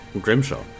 Grimshaw